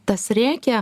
tas rėkia